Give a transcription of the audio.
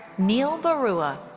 neil barooah.